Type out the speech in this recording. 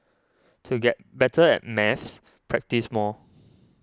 to get better at maths practise more